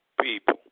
people